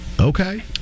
okay